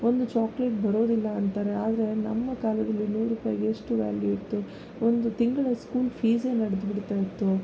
ಒಂದು ಚೋಕ್ಲೆಟ್ ಬರೋದಿಲ್ಲ ಅಂತಾರೆ ಆದರೆ ನಮ್ಮ ಕಾಲದಲ್ಲಿ ನೂರು ರೂಪಾಯ್ಗೆ ಎಷ್ಟು ವ್ಯಾಲ್ಯೂ ಇತ್ತು ಒಂದು ತಿಂಗಳ ಸ್ಕೂಲ್ ಫೀಸೇ ನಡ್ದುಬಿಡ್ತಾಯಿತ್ತು